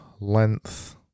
length